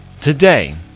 Today